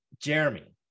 Jeremy